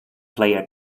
player